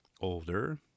Older